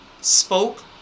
spoke